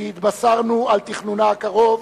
שהתבשרנו על תכנונה הקרוב,